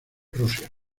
rusia